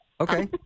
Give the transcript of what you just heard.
Okay